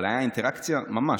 אבל הייתה אינטראקציה ממש.